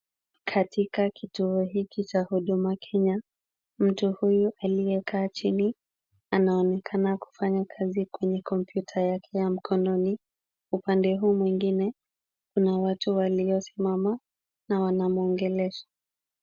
Katika kituo hiki cha Huduma Kenya, mtu huyu aliyekaa chini anaonekana kufanya kazi kwenye kompyuta yake ya mkononi. Upande huu mwingine, kuna watu waliosimama na wanamuongelesha.